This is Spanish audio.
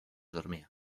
dormía